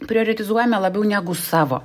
prijoritizuojame labiau negu savo